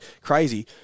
crazy